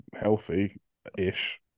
healthy-ish